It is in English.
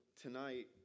tonight